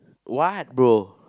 what bro